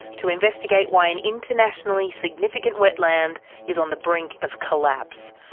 to investigate why an internationally significant wetland is on the brink of collapse.